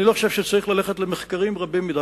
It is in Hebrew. אני לא חושב שצריך ללכת למחקרים רבים מדי.